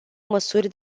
măsuri